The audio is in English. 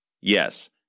Yes